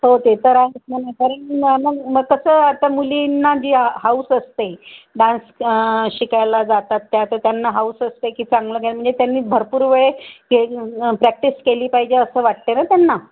हो ते तर आहेच म्हणा कारण मग मग कसं आता मुलींना जी हौस असते डान्स शिकायला जातात त्या तर त्यांना हौस असते की चांगलं काय म्हणजे त्यांनी भरपूर वेळ के प्रॅक्टिस केली पाहिजे असं वाटते ना त्यांना